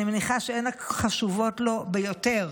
אני מניחה שהן חשובות לו ביותר.